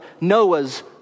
Noah's